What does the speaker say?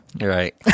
Right